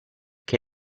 che